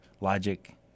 logic